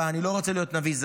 אני לא רוצה להיות נביא זעם,